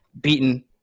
beaten